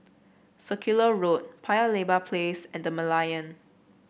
Circular Road Paya Lebar Place and The Merlion